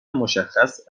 مشخص